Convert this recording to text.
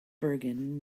bergen